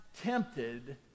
tempted